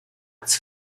its